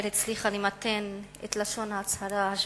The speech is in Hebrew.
הצליחה למתן את לשון ההצהרה השבדית,